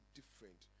different